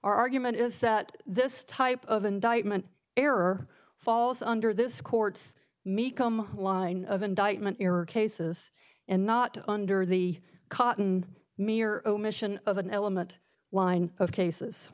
argument is that this type of indictment error falls under this court's me come line of indictment your cases and not under the cotton mere omission of an element line of cases